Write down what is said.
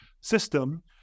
system